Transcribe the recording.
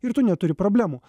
ir tu neturi problemų